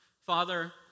Father